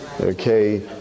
Okay